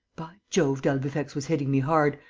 by jove, d'albufex was hitting me hard!